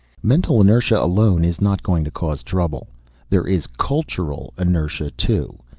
mental inertia alone is not going to cause trouble there is cultural inertia, too.